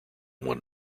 one